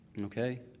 Okay